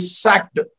sacked